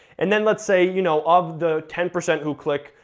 and then let's say, you know of the ten percent who click,